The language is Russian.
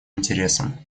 интересам